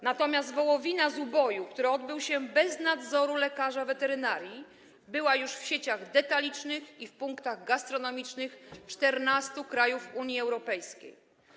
Natomiast wołowina z uboju, który odbył się bez nadzoru lekarza weterynarii, była już w sieciach detalicznych i w punktach gastronomicznych 14 krajów Unii Europejskiej.